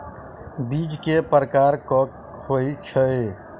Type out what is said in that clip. बीज केँ प्रकार कऽ होइ छै?